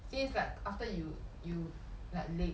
seems like after you you like la~